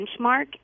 benchmark